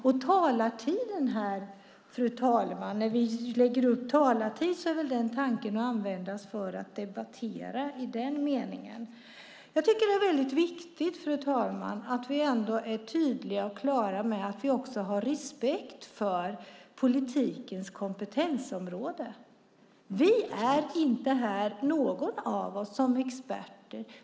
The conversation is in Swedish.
När vi lägger upp talartiden här är väl tanken att den ska användas för att debattera. Fru talman! Jag tycker att det är väldigt viktigt att vi är tydliga och klara med att vi också har respekt för politikens kompetensområde. Ingen av oss är här som expert.